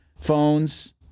phones